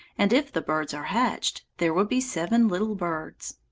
and, if the birds are hatched, there will be seven little birds.